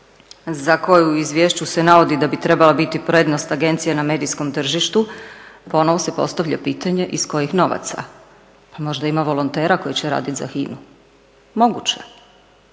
za koju u izvješću se navodi da bi trebala biti prednost agencije na medijskom tržištu, ponovo se postavlja pitanje, iz kojih novaca? Pa možda ima volontera koji će raditi za HINA-u. Moguće,